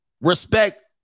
respect